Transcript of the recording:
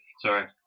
Sorry